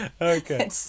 Okay